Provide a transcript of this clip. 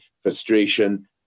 frustration